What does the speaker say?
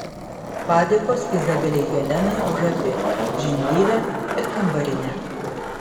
padėkos izabelei helenai už abi žindyvę ir kambarinę